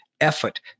effort